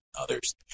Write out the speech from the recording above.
others